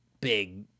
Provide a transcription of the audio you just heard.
big